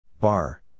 Bar